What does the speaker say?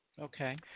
Okay